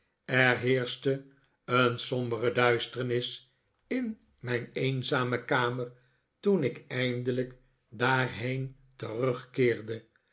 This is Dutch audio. er heerschte een sombere duisternis in mijn eenzame kamer toen ik eindelijk daarheen terugkeerde